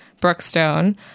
Brookstone